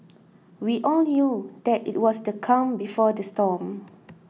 we all knew that it was the calm before the storm